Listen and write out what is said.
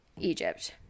Egypt